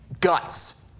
guts